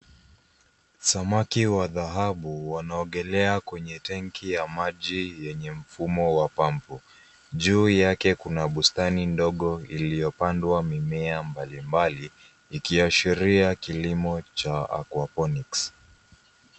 Samaki wa dhahabu wanaoogelea kwenye tangi ya maji yenye mfumo wa pampu. Juu yake kuna bustani ndogo iliyopandwa mimea mbalimbali ikiashiria kilimo cha aquaponics .